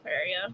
area